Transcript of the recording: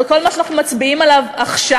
על כל מה שאנחנו מצביעים עליו עכשיו